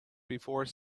before